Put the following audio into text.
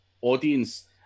audience